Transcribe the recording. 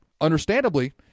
understandably